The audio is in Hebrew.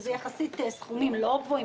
שזה סכומים יחסית לא גבוהים,